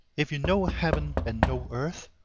if you know heaven and know earth,